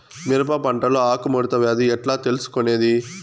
మిరప పంటలో ఆకు ముడత వ్యాధి ఎట్లా తెలుసుకొనేది?